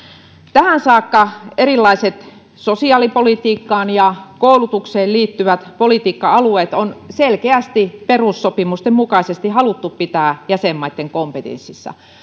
tähän saakka erilaiset sosiaalipolitiikkaan ja koulutukseen liittyvät politiikka alueet on selkeästi perussopimusten mukaisesti haluttu pitää jäsenmaitten kompetenssissa